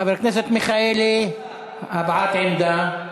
חבר הכנסת מיכאלי, הבעת עמדה.